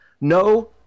No